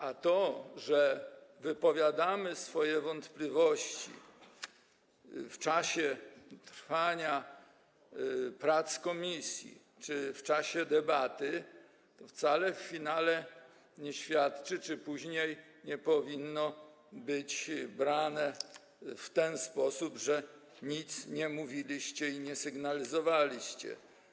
A to, że wypowiadamy swoje wątpliwości w czasie trwania prac komisji czy w czasie debaty, to wcale w finale nie świadczy czy później nie powinno być odebrane w ten sposób, że nic nie mówiliśmy i nie sygnalizowaliśmy.